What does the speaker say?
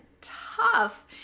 tough